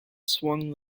swung